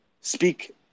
speak